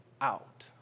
out